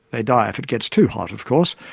they die if it gets too hot, of course,